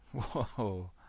Whoa